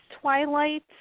Twilight